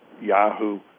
Yahoo